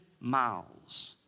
miles